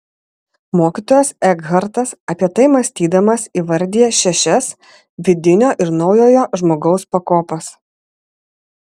mokytojas ekhartas apie tai mąstydamas įvardija šešias vidinio ir naujojo žmogaus pakopas